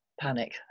panic